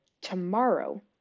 tomorrow